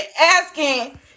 asking